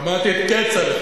שמעתי את כצל'ה,